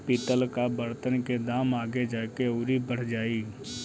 पितल कअ बर्तन के दाम आगे जाके अउरी बढ़ जाई